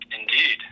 Indeed